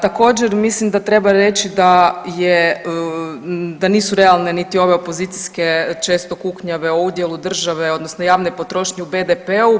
Također mislim da treba reći da je, da nisu realne niti ove opozicijske često kuknjave o udjelu države odnosno javne potrošnje u BDP-u.